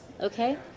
okay